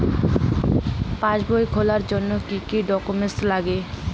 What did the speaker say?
পাসবই খোলার জন্য কি কি ডকুমেন্টস লাগে?